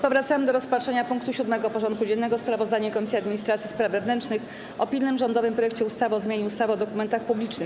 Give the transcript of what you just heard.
Powracamy do rozpatrzenia punktu 7. porządku dziennego: Sprawozdanie Komisji Administracji i Spraw Wewnętrznych o pilnym rządowym projekcie ustawy o zmianie ustawy o dokumentach publicznych.